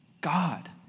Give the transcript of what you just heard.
God